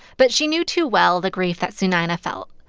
but she knew too well the grief that sunayana felt.